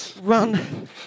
run